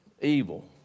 evil